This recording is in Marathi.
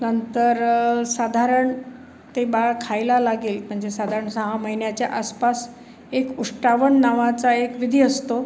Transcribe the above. नंतर साधारण ते बाळ खायला लागेल म्हणजे साधारण सहा महिन्याच्या आसपास एक उष्टावण नावाचा एक विधी असतो